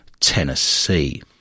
Tennessee